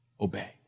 obey